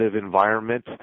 environment